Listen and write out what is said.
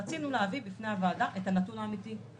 רצינו להביא בפני הוועדה את הנתון האמיתי,